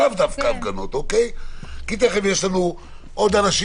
לאו דווקא הפגנות תכף יהיו עוד אנשים